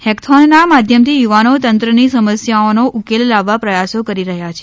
હેકેથીનના માધ્યમથી યુવાનો તંત્રની સમસ્યાનો ઉકેલ લાવવા પ્રથાસો કરી રહ્યા છે